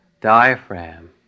Diaphragm